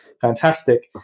fantastic